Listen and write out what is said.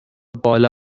بالا